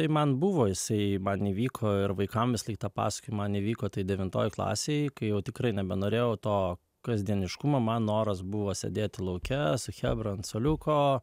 tai man buvo jisai man įvyko ir vaikamvisą laik tą pasakoju man įvyko tai devintoj klasėj kai jau tikrai nebenorėjau to kasdieniškumo man noras buvo sėdėti lauke su chebra ant suoliuko